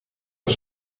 een